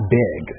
big